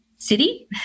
city